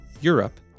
Europe